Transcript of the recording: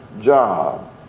job